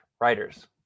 writers